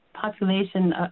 population